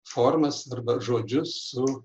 formas arba žodžius su